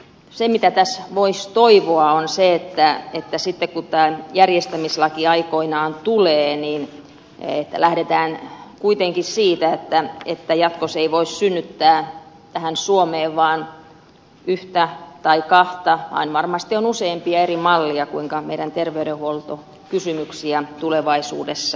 se mitä tässä voisi toivoa on se että sitten kun tämä järjestämislaki aikoinaan tulee niin lähdetään kuitenkin siitä että jatkossa ei voi synnyttää tähän suomeen vain yhtä tai kahta mallia vaan varmasti on useampia eri malleja kuinka meidän terveydenhuoltokysymyksiämme tulevaisuudessa ratkotaan